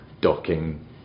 docking